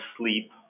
sleep